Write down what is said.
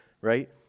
right